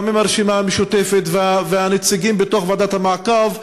גם עם הרשימה המשותפת והנציגים בתוך ועדת המעקב,